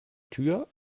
tür